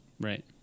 Right